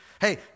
Hey